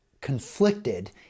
conflicted